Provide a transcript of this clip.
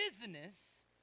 business